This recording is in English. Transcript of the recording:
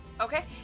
Okay